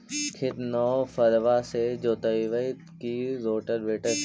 खेत नौफरबा से जोतइबै की रोटावेटर से?